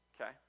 Okay